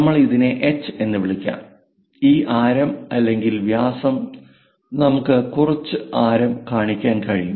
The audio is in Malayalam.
നമുക്ക് ഇതിനെ എച്ച് എന്ന് വിളിക്കാം ഈ ആരം അല്ലെങ്കിൽ വ്യാസം നമുക്ക് കുറച്ച് ആരം കാണിക്കാൻ കഴിയും